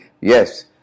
yes